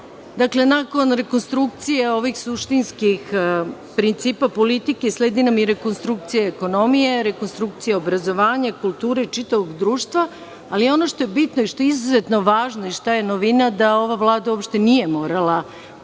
postigne. Nakon rekonstrukcije ovih suštinskih principa politike, sledi nam rekonstrukcija ekonomije, rekonstrukcija obrazovanja, kulture i čitavog društva. Ono što je bitno, što je izuzetno važno, novina je da ova vlada uopšte nije morala da